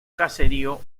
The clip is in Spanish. caserío